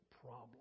problem